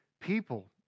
people